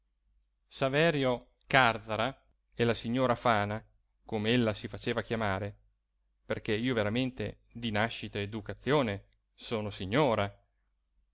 saverio càrzara e la signora fana come ella si faceva chiamare perché io veramente di nascita e d'educazione sono signora